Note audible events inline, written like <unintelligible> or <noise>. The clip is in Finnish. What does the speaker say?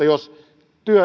<unintelligible> jos